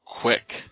quick